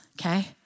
okay